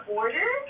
order